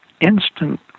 instant